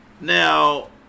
now